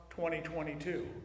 2022